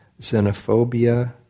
xenophobia